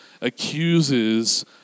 accuses